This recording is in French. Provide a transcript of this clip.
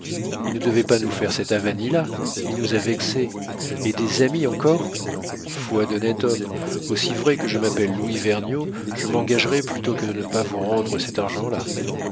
il ne devait pas nous faire cette avanie là il nous a vexés et des amis encore foi d'honnête homme aussi vrai que je m'appelle louis vergniaud je m'engagerais plutôt que de ne pas vous rendre cet argent-là